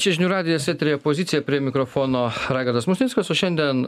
čia žinių radijas eteryje pozicija prie mikrofono raigardas musnickas o šiandien